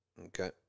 Okay